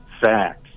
facts